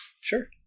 Sure